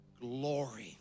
glory